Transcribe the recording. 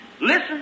listen